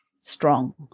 strong